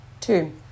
Two